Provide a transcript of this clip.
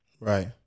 Right